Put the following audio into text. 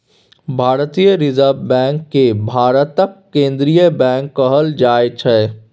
भारतीय reserve bank केँ भारतक केंद्रीय बैंक कहल जाइ छै